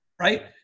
right